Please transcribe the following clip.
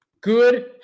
good